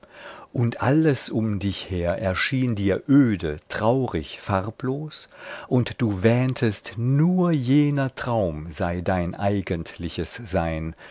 und alles um dich her erschien dir öde traurig farblos und du wähntest nur jener traum sei dein eigentliches sein